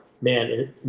man